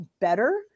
better